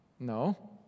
no